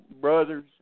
Brothers